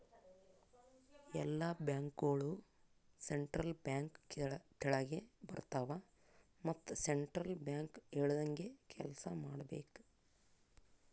ಎಲ್ಲಾ ಬ್ಯಾಂಕ್ಗೋಳು central bank ತೆಳಗೆ ಬರ್ತಾವ ಮತ್ ಸೆಂಟ್ರಲ್ ಬ್ಯಾಂಕ್ ಹೇಳ್ದಂಗೆ ಕೆಲ್ಸಾ ಮಾಡ್ಬೇಕ್